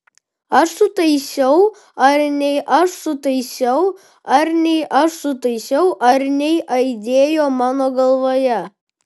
aš sutaisiau ar nei aš sutaisiau ar nei aš sutaisiau ar nei aidėjo mano galvoje